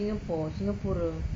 singapore singapura